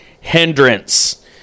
hindrance